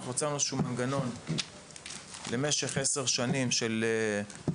אנחנו הצענו איזשהו מנגנון למשך עשר שנים של אנשים